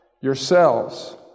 yourselves